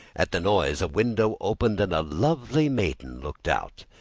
at the noise, a window opened and a lovely maiden looked out.